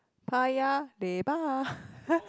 Paya-Lebar